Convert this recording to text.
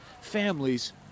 families